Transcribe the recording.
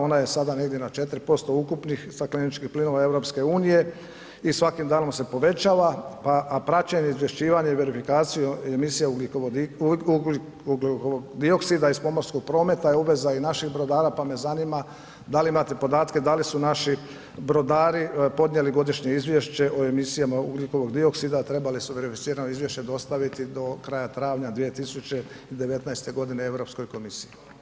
Ona je sada negdje na 4% ukupnih stakleničkih plinova EU i svakim danom se povećava, a praćenje, izvješćivanje i verifikaciju emisija ugljikovodika, ugljiko dioksida iz pomorskog prometa je obveza i naših brodara pa me zanima da li imate podatke da li su naši brodari podnijeli godišnje izvješće o emisijama ugljikovog dioksida, a trebali su verificirano izvješće dostaviti do kraja travnja 2019. godine Europskoj komisiji.